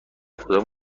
کدام